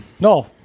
no